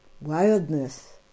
wildness